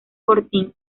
fortín